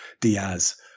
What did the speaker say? Diaz